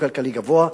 או כלכלי גבוה.